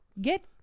get